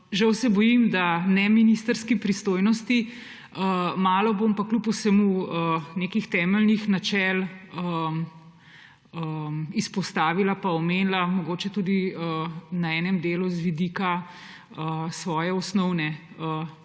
Žal se bojim, da ne v ministrski pristojnosti, malo bom pa kljub vsemu nekaj temeljnih načel izpostavila pa omenila mogoče tudi na enem delu z vidika svoje osnovne